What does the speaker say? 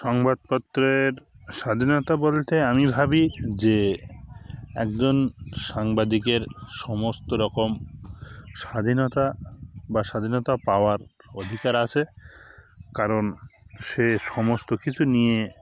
সংবাদপত্রের স্বাধীনতা বলতে আমি ভাবি যে একজন সাংবাদিকের সমস্ত রকম স্বাধীনতা বা স্বাধীনতা পাওয়ার অধিকার আছে কারণ সে সমস্ত কিছু নিয়ে